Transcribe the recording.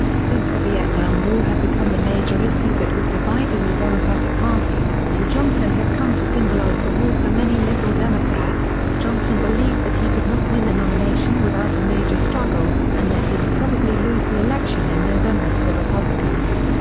since the vietnam war had become the major issue that was dividing the democratic party, and johnson had come to symbolize the war for many liberal democrats johnson believed that he could not win the nomination without a major struggle, and that he would probably lose the election in november to the republicans.